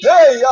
Hey